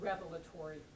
revelatory